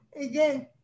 Again